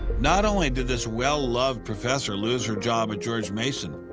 not only did this well-loved professor lose her job at george mason,